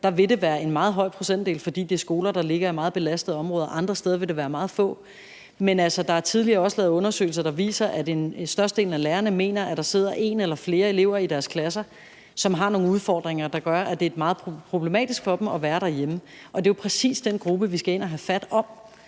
steder vil det være en meget høj procentdel, fordi det er skoler, der ligger i meget belastede områder, mens det andre steder vil være meget få. Men der er også tidligere lavet undersøgelser, der viser, at størstedelen af lærerne mener, at der sidder en eller flere elever i deres klasser, som har nogle udfordringer, der gør, at det er meget problematisk for dem at være derhjemme, og det er jo præcis den gruppe, vi skal ind og have fat om